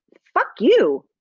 fuck you.